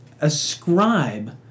ascribe